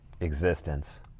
existence